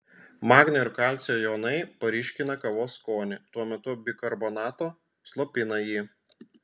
magnio ir kalcio jonai paryškina kavos skonį tuo metu bikarbonato slopina jį